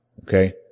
Okay